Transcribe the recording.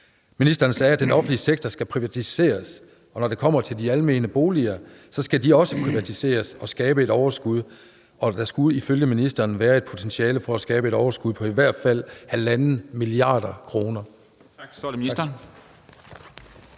Ministeren sagde, at den offentlige sektor skal privatiseres, og at når det kommer til de almene boliger, skal de også privatiseres og skabe et overskud. Og der skulle ifølge ministeren være et potentiale for at skabe et overskud på i hvert fald 1,5 mia. kr.